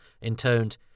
intoned